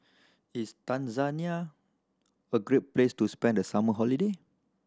is Tanzania a great place to spend the summer holiday